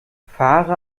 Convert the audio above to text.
fahre